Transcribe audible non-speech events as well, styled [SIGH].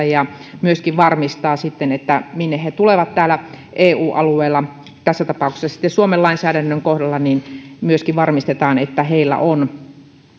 [UNINTELLIGIBLE] ja myöskin varmistaa sitten minne he tulevat täällä eu alueella tässä tapauksessa suomen lainsäädännön kohdalla myöskin varmistetaan että heillä on